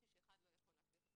לא יכולה ללכת פה